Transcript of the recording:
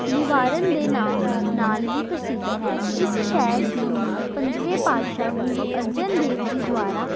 ਨਿਵਾਰਨ ਦੇ ਨਾਂ ਨਾਲ ਵੀ ਪ੍ਰਸਿੱਧ ਹੈ ਇਸ ਸ਼ਹਿਰ ਦੀ ਨੀਂਹ ਪੰਜਵੇਂ ਪਾਤਸ਼ਾਹ ਗੁਰੂ ਅਰਜਨ ਦੇਵ ਜੀ ਦੁਆਰਾ